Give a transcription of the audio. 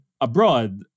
abroad